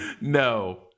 No